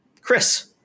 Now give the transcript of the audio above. Chris